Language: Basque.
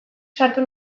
sartu